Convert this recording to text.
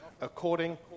according